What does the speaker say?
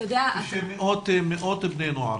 מאות בני נוער,